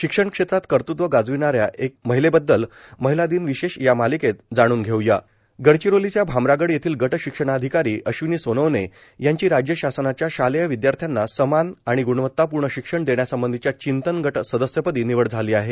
शिक्षण क्षेत्रात कर्तेत्व गाजविणा या एक महिलेबद्दल महिलास दिन विशेष या मालिकेत जाण्न घेव्या गडचिरोलीच्या भामरागड येथील गटशिक्षणाधिकारी अश्विनी सोनवणे यांची राज्य शासनाच्या शालेय विध्यार्थ्यांना समान आणि ग्णवतापूर्ण शिक्षण देण्यासंबंधीच्या चिंतन गट सदस्यपदी निवड झाली आहे